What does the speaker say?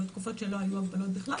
היו תקופות שלא היו הגבלות בכלל,